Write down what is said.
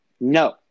No